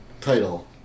title